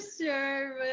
sure